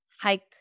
hike